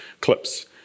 clips